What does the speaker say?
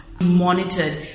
monitored